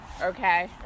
Okay